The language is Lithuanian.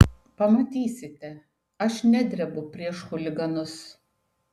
pamatysite aš nedrebu prieš chuliganus